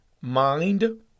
mind